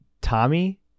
tommy